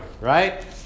right